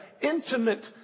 intimate